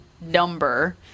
number